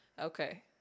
okay